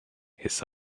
his